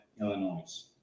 Illinois